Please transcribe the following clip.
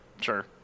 Sure